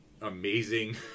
amazing